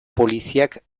poliziak